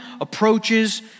approaches